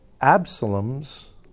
Absalom's